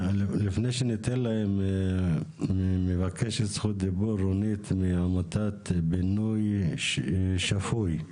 לפני שניתן להם מבקשת זכות דיבור רונית מעמותת בינוי שפוי.